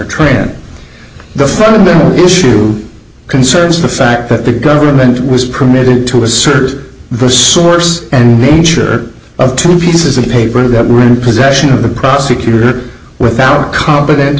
trent the fundamental issue concerns the fact that the government was permitted to assert the first source and nature of two pieces of paper that were in possession of the prosecutor without competent